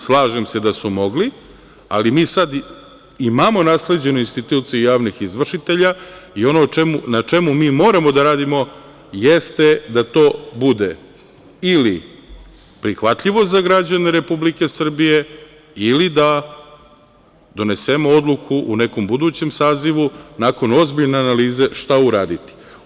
Slažem se da su mogli, ali mi sad imamo nasleđenu instituciju javnih izvršitelja i ono na čemu mi moramo da radimo jeste da to bude ili prihvatljivo za građane Republike Srbije ili da donesemo odluku u nekom budućem sazivu, nakon ozbiljne analize, šta uraditi.